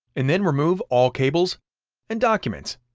and then remove all cables and documents.